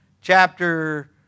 chapter